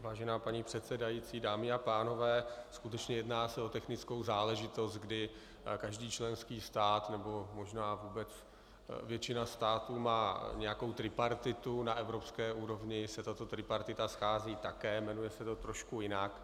Vážená paní předsedající, dámy a pánové, skutečně jedná se o technickou záležitost, kdy každý členský stát, nebo možná většina států má nějakou tripartitu, na evropské úrovni se tato tripartita schází také, jmenuje se to trošku jinak.